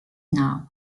now